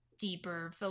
deeper